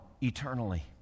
eternally